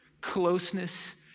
closeness